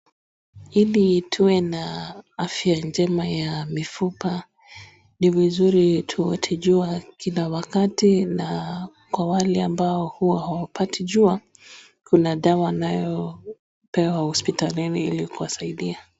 Ili tuwe na afya njema ya mifupa ni vizuri tuote jua kila wakati na kwa wale ambao huwa hawapati jua kuna dawa anayopewa hospitalini ili kuwasaidia.